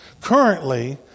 currently